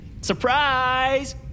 Surprise